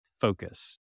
focus